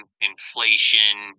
inflation